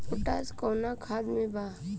Potash कोउन खाद बा?